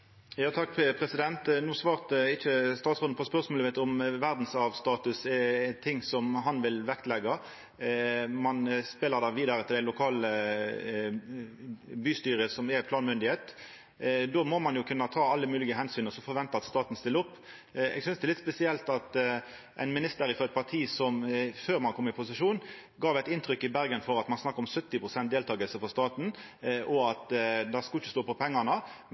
No svarte ikkje statsråden på spørsmålet mitt om verdsarvstatus er noko som han vil leggja vekt på. Ein spelar det vidare til det lokale bystyret som er planmyndigheit. Då må ein kunne ta alle moglege omsyn og så venta at staten stiller opp. Eg synest det er litt spesielt at ein minister frå eit parti som før ein kom i posisjon, gav eit inntrykk av i Bergen at ein snakka om 70 pst. deltaking frå staten, og at det ikkje skulle stå på pengane,